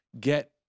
get